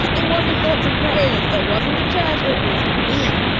it it wasn't thoughts and prayers. it wasn't the judge. it was me.